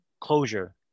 closure